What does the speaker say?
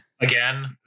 again